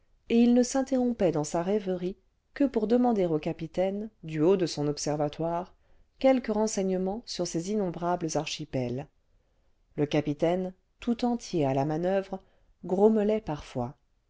et il ne s'interrompait dans sa rêverie que pour demander au capitaine du haut de son observatoire quelque renseignement sur ces innombrables archipels le capitaine tout entier à la manoeuvre grommelait parfois